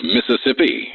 Mississippi